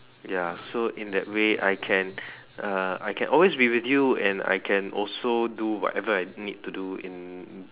ya so in that way I can uh I can always be with you and I can also do whatever I need to do in